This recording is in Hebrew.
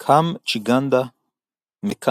קאם ג'יגנדה - מק'קאן.